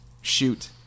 Shoot